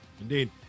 indeed